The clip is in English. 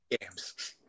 games